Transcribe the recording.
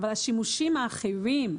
אבל השימושים האחרים,